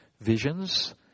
visions